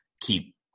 keep